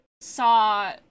saw